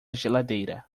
geladeira